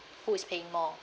who is paying more